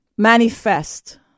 manifest